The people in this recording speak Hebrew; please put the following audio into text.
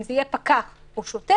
אם זה יהיה פקח או שוטר,